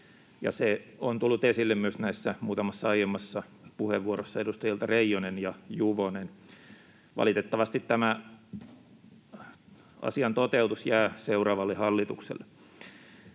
se on tullut esille myös muutamassa aiemmassa puheenvuorossa, edustajilta Reijonen ja Juvonen. Valitettavasti tämä asian toteutus jää seuraavalle hallitukselle.